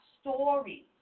stories